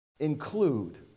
Include